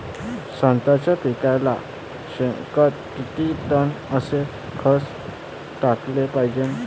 संत्र्याच्या पिकाले शेनखत किती टन अस कस टाकाले पायजे?